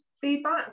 feedback